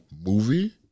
movie